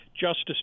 Justice